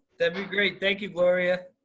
that'd be great, thank you gloria.